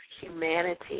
humanity